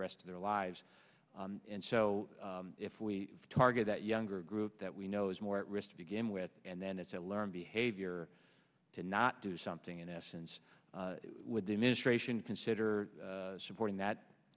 rest of their lives and so if we target that younger group that we know is more at risk to begin with and then it's a learned behavior to not do something in essence with the administration consider supporting that